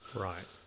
right